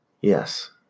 Yes